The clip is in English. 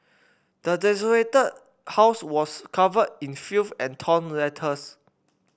the desolated house was covered in filth and torn letters